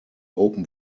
open